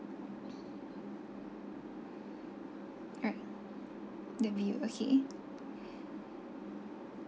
alright the view okay